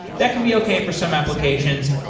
that can be okay for some applications.